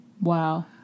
Wow